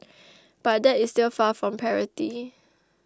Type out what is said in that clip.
but that is still far from parity